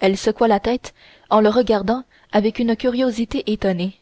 elle secouait la tête en le regardant avec une curiosité étonnée